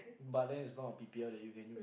but then it's not a P_P_L that you can do